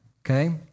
okay